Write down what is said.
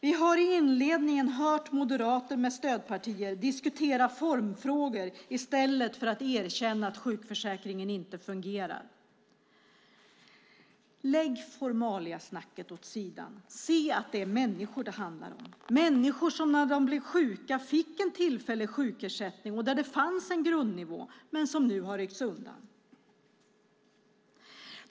Vi har i inledningen av debatten hört moderater med stödpartier diskutera formfrågor i stället för att erkänna att sjukförsäkringen inte fungerar. Lägg formaliasnacket åt sidan! Se att det är människor det handlar om! Det handlar om människor som när de blev sjuka fick en tillfällig sjukersättning där det fanns en grundnivå som nu har ryckts undan.